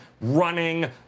running